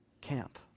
camp